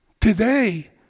Today